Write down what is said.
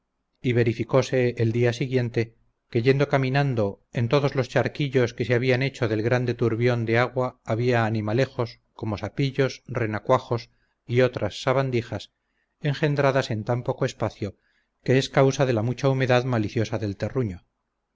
y verificose el día siguiente que yendo caminando en todos los charquillos que se habían hecho del grande turbión de agua había animalejos como sapillos renacuajos y otras sabandijas engendradas en tan poco espacio que es causa de la mucha humedad maliciosa del terruño